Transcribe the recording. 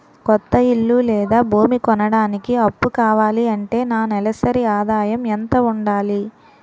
కొత్త ఇల్లు లేదా భూమి కొనడానికి అప్పు కావాలి అంటే నా నెలసరి ఆదాయం ఎంత ఉండాలి?